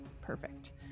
perfect